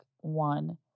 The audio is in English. one